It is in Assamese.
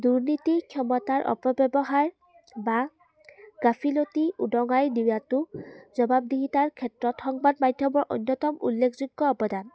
দুৰ্নীতি ক্ষমতাৰ অপব্যৱহাৰ বা গাফিলতি উদঙাই দিয়াটো জবাবদিহিতাৰ ক্ষেত্ৰত সংবাদ মাধ্যমৰ অন্যতম উল্লেখযোগ্য অৱদান